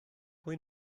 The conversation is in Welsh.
pwy